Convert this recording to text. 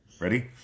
Ready